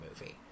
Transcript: movie